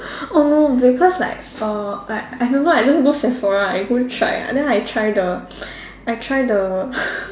oh because like uh like I don't know I just go Sephora I go try ah then I try the I try the